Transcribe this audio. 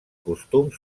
costums